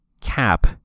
cap